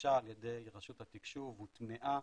נרכשה על ידי רשות התקשוב, הוטמעה,